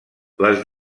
les